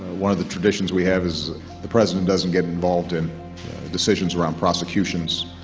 one of the traditions we have is the president doesn't get involved in decisions around prosecutions,